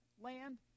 land